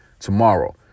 Tomorrow